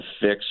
fix